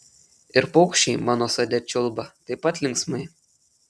ir paukščiai mano sode čiulba taip pat linksmai